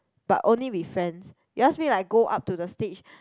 but only with friends you ask me like go up to the stage